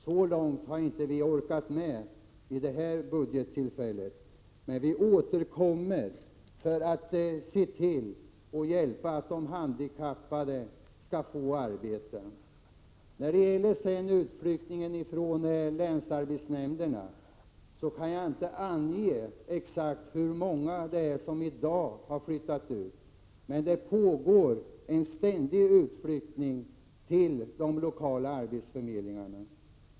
Så långt har inte vi orkat gå vid det här budgettillfället, men vi återkommer för att hjälpa de handikappade att få arbeten. När det gäller utflyttningen från länsarbetsnämnderna kan jag inte ange exakt hur många det är som i dag har flyttat ut, men det pågår en ständig utflyttning till de lokala arbetsförmedlingarna.